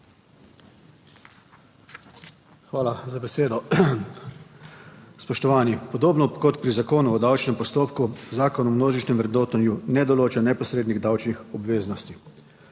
Hvala za besedo. Spoštovani. Podobno kot pri Zakonu o davčnem postopku Zakon o množičnem vrednotenju ne določa neposrednih davčnih obveznosti,